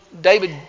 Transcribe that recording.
David